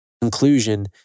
conclusion